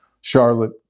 Charlotte